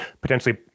potentially